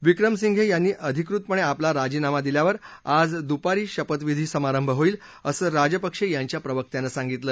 विक्रमसिंधे यांनी अधिकृतपणे आपला राजीनामा दिल्यावर आज दुपारी शपथविधी समारंभ होईल असं राजपक्षे यांच्या प्रवक्त्यानं सांगितलं